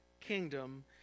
kingdom